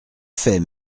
fait